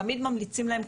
תמיד ממליצים להן,